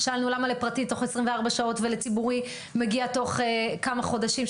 שאלנו למה לפרטי תוך 24 שעות ולציבורי מגיע תוך כמה חודשים.